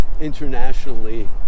internationally